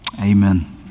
Amen